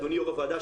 אדוני יו"ר הוועדה,